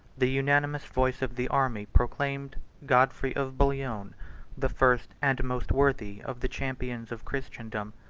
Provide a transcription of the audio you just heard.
the unanimous voice of the army proclaimed godfrey of bouillon the first and most worthy of the champions of christendom.